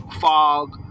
fog